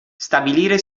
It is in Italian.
stabilire